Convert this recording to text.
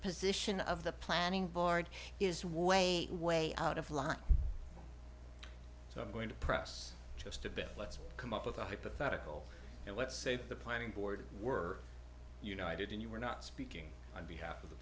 position of the planning board is way way out of line so i'm going to press just a bit let's come up with a hypothetical and let's say that the planning board were you know i didn't you were not speaking on behalf of the